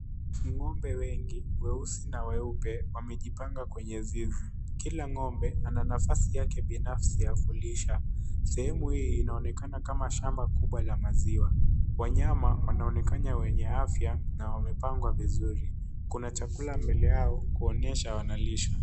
Ng'ombe wengi, weusi na weupe, wamejipanga kwenye zizi. Kila ng'ombe ana nafasi yake binafsi ya kulisha. Sehemu hii inaonekana kama shamba kubwa la maziwa. Wanyama wanaonekana wenye afya na wamepangwa vizuri. Kuna chakula mbele yao kuonyesha wanalisha.